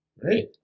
Great